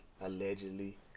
allegedly